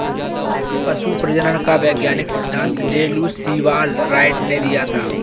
पशु प्रजनन का वैज्ञानिक सिद्धांत जे लुश सीवाल राइट ने दिया था